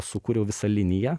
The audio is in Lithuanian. sukūriau visą liniją